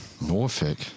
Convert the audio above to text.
Norfolk